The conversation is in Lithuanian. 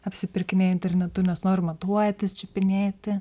apsipirkinėja internetu nes nori matuotis čiupinėti